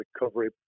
recovery